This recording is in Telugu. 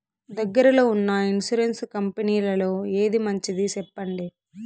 దగ్గర లో ఉన్న ఇన్సూరెన్సు కంపెనీలలో ఏది మంచిది? సెప్పండి?